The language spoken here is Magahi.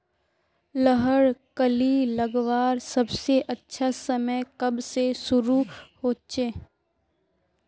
लहर कली लगवार सबसे अच्छा समय कब से शुरू होचए?